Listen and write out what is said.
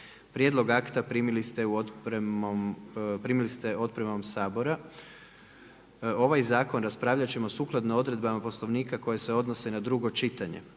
Prijedlog akta primili ste otpremom Sabora. Ovaj zakon raspravit ćemo sukladno odredbama Poslovnika koje se odnose na drugo čitanje.